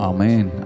Amen